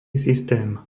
systém